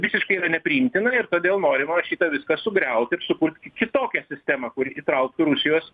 visiškai yra nepriimtina ir todėl norima šitą viską sugriauti ir sukurt kitokią sistemą kuri įtrauktų rusijos